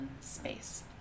space